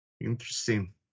Interesting